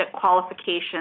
qualifications